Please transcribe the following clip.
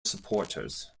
supporters